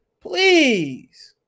please